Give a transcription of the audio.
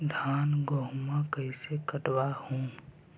धाना, गेहुमा कैसे कटबा हू?